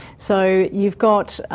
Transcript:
so you've got